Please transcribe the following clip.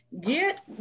Get